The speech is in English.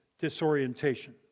disorientation